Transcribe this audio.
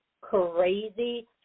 crazy